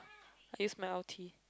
i use my ulti